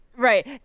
Right